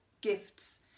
gifts